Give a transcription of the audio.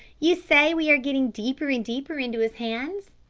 you say we are getting deeper and deeper into his hands?